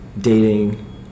dating